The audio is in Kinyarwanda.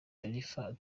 sharifa